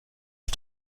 auf